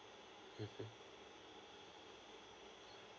mm